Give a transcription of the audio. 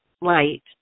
light